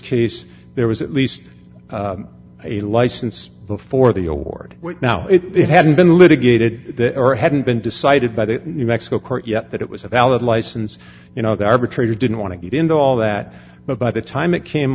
case there was at least a license before the award but now it hadn't been litigated or hadn't been decided by that new mexico court yet that it was a valid license you know the arbitrator didn't want to get into all that but by the time it came